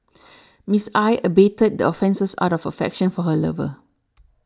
Miss I abetted the offences out of affection for her lover